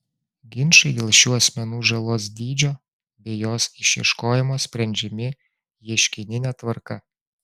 ginčai dėl šių asmenų žalos dydžio bei jos išieškojimo sprendžiami ieškinine tvarka